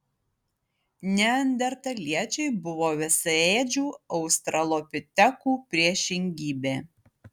neandertaliečiai buvo visaėdžių australopitekų priešingybė